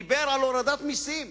דיבר על הורדת מסים.